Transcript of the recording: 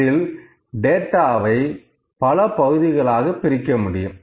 இதில் டேட்டாவை பல பகுதிகளாக பிரிக்க முடியும்